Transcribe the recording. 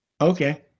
Okay